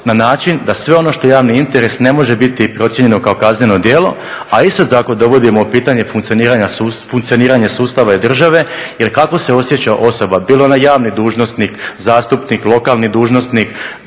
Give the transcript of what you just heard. na način da sve ono što je javni interes ne može biti procijenjeno kao kazneno djelo. A isto tako dovodimo u pitanje funkcioniranje sustava i države jer kako se osjeća osoba, bila ona javni dužnosnik, zastupnik, lokalni dužnosnik,